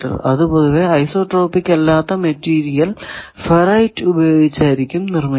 അത് പൊതുവെ ഐസോട്രോപിക് അല്ലാത്ത മെറ്റീരിയൽ ഫെറൈറ്റ് ഉപയോഗിച്ചായിരിക്കും നിർമിക്കുക